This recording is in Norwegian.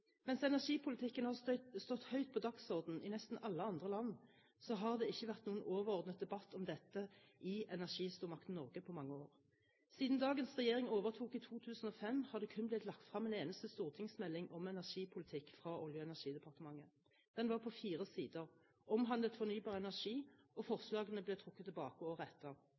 Mens energipolitikken har stått høyt på dagsordenen i nesten alle andre land, har det ikke vært noen overordnet debatt om dette i energistormakten Norge på mange år. Siden dagens regjering overtok i 2005, har det kun blitt lagt frem en eneste stortingsmelding om energipolitikk fra Olje- og energidepartementet. Den var på fire sider, omhandlet fornybar energi, og forslagene ble trukket tilbake